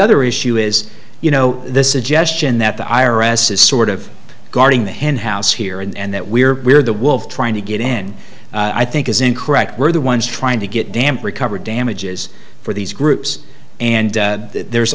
other issue is you know this is a gesture and that the i r s is sort of guarding the henhouse here and that we're we're the wolf trying to get in i think is incorrect we're the ones trying to get damp recover damages for these groups and there's